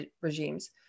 regimes